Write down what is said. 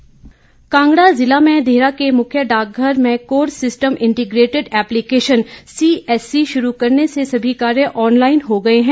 डाकघर कांगड़ा ज़िले में देहरा के मुख्य डाकघर में core system integrated application C S C शुरू करने से सभी कार्य ऑनलाईन हो गए हैं